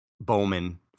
Bowman